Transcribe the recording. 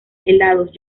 helados